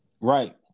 right